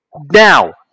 Now